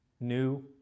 new